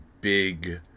big